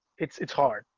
it's, it's hard.